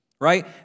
right